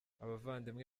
abavandimwe